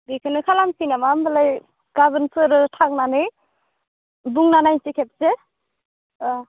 बेखोनो खालामसैनामा होमब्लालाय गाबोनफोरो थांनानै बुंना नायसै खेबसे